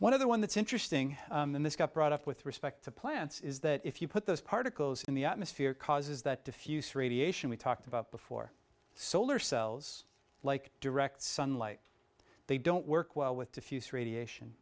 one of the one that's interesting in this got brought up with respect to plants is that if you put those particles in the atmosphere causes that diffuse radiation we talked about before solar cells like direct sunlight they don't work well with diffuse radiation